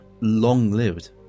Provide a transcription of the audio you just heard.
long-lived